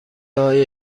های